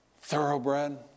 thoroughbred